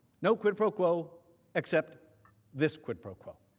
no quid pro quo except this quid pro quo.